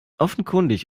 offenkundig